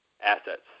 assets